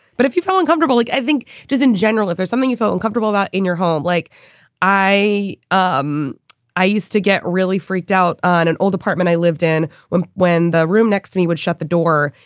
but if you feel uncomfortable, like i think just in general, if there's something you feel uncomfortable about in your home. like i um i used to get really freaked out on an old apartment i lived in when when the room next to me would shut the door.